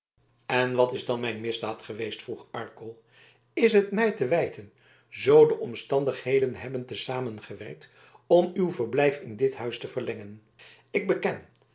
en wat is dan mijn misdaad geweest vroeg arkel is het mij te wijten zoo de omstandigheden hebben te zamen gewerkt om uw verblijf in dit huis te verlengen ik beken